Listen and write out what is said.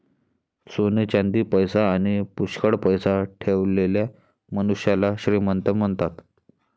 सोने चांदी, पैसा आणी पुष्कळ पैसा ठेवलेल्या मनुष्याला श्रीमंत म्हणतात